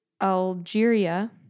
Algeria